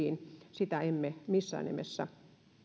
sitä emme missään nimessä